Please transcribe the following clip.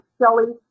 Shelly